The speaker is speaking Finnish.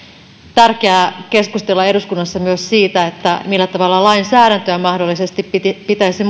tärkeää keskustella eduskunnassa myös siitä millä tavalla lainsäädäntöä mahdollisesti pitäisi